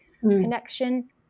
connection